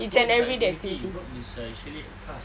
work bukan activity work is like actually a task